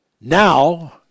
Now